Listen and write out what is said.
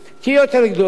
תהיה יותר גדולה,